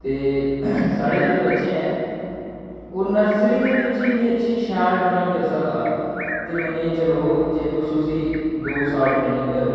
ते साढ़े जेह्ड़े बच्चे ऐं ओह् नर्सरी दे बिच्च ही इन्नी अच्छी शैल ड्राइंग करी सकदा ते मनियै चलो जे तुस उस्सी दो साल ट्रेनिंग करो